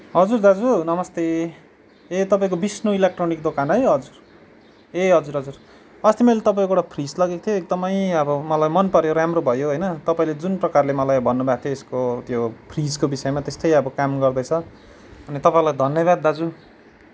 हजुर दाजु नमस्ते ए तपाईँको विष्णु इलेक्ट्रनिक दोकान है हजुर ए हजुर हजुर अस्ति मैले तपाईँकोबाट फ्रिज लगेको थिएँ एकदमै अब मलाई मन पऱ्यो राम्रो भयो होइन तपाईँले जुन प्रकारले मलाई भन्नुभएको थियो यसको त्यो फ्रिजको विषयमा त्यस्तै अब काम गर्दैछ अनि तपाईँलाई धन्यवाद दाजु